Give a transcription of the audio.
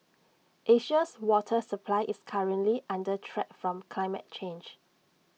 Asia's water supply is currently under threat from climate change